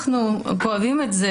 אנחנו כואבים את זה,